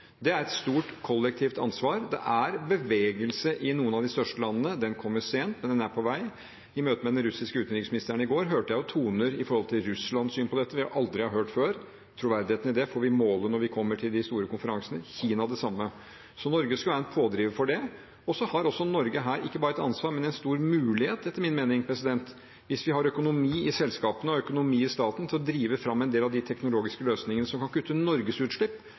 Det er et stort, kollektivt ansvar. Det er bevegelse i noen av de største landene. Den kommer sent, men den er på vei. I møte med den russiske utenriksministeren i går hørte jeg toner som sier noe om Russlands syn på dette som vi aldri har hørt før. Troverdigheten i det får vi måle når vi kommer til de store konferansene, og Kina det samme. Norge skal være en pådriver for det. Så har Norge her ikke bare et ansvar, men en stor mulighet, etter min mening, hvis vi har økonomi i selskapene og økonomi i staten til å drive fram en del av de teknologiske løsningene som kan kutte Norges utslipp,